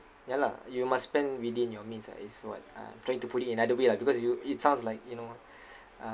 ya lah you must spend within your means ah is what uh I'm trying to put it in another way lah because you it sounds like you know uh